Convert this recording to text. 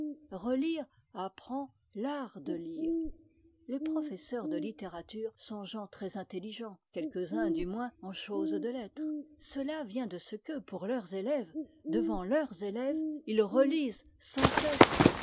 relire apprend l'art de lire les professeurs de littérature sont gens très intelligents quelques-uns du moins en choses de lettres cela vient de ce que pour leurs élèves devant leurs élèves ils relisent sans cesse